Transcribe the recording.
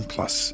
Plus